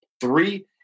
Three